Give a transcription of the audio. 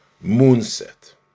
moonset